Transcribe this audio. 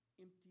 empty